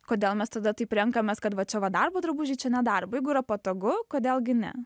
kodėl mes tada taip renkamės kad va čia va darbo drabužiai čia ne darbo jeigu yra patogu kodėl gi ne